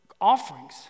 offerings